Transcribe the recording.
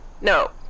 no